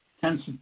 tends